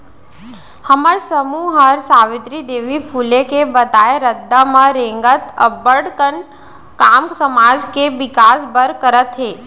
हमर समूह हर सावित्री देवी फूले के बताए रद्दा म रेंगत अब्बड़ कन काम समाज के बिकास बर करत हे